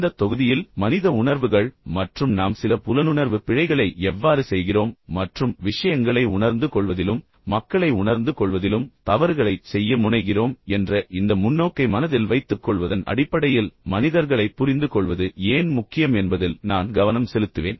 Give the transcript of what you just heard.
இந்த தொகுதியில் மனித உணர்வுகள் மற்றும் நாம் சில புலனுணர்வு பிழைகளை எவ்வாறு செய்கிறோம் மற்றும் விஷயங்களை உணர்ந்து கொள்வதிலும் மக்களை உணர்ந்து கொள்வதிலும் தவறுகளைச் செய்ய முனைகிறோம் என்ற இந்த முன்னோக்கை மனதில் வைத்துக்கொள்வதன் அடிப்படையில் மனிதர்களைப் புரிந்துகொள்வது ஏன் முக்கியம் என்பதில் நான் கவனம் செலுத்துவேன்